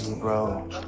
bro